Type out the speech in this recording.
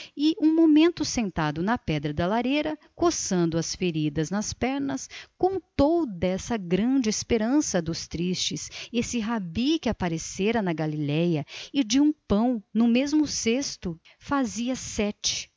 um momento sentado na pedra da lareira coçando as feridas das pernas contou dessa grande esperança dos tristes esse rabi que aparecera na galileia e de um pão no mesmo cesto fazia